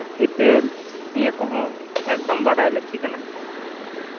ᱦᱤᱛᱟᱹᱞ ᱱᱤᱭᱟᱹ ᱠᱚᱦᱚᱸ ᱮᱠᱫᱚᱢ ᱵᱟᱰᱟᱭ ᱞᱟᱹᱠᱛᱤ ᱠᱟᱱᱟ